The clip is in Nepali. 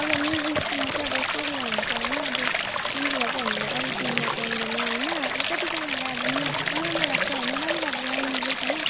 अब म्युजिकमा चाहिँ अब यस्तो कुरा हुन्छ होइन अब जुन कुरा चिज चाहिँ हामीले अब अरू कुरामा पाउँदैन होइन अब कत्तिजनालाई अब म्युजिक नराम्रो लाग्छ होइन राम्रो लाग्दैन म्युजिक होइन